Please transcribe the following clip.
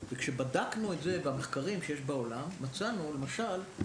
כשבדקנו את זה, במחקרים שיש בעולם, מצאנו, למשל,